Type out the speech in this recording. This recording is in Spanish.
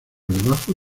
debajo